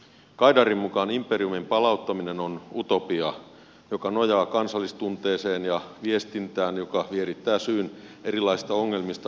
gaidarin mukaan imperiumin palauttaminen on utopia joka nojaa kansallistunteeseen ja viestintään joka vierittää syyn erilaisista ongelmista ulkopuolisten niskaan